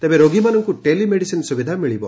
ତେବେ ରୋଗୀମାନଙ୍କୁ ଟେଲିମେଡ଼ିସିନ୍ ସୁବିଧା ମିଳିବ